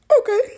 okay